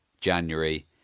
January